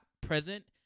present